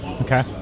Okay